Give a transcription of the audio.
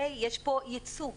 יש פה ייצוא,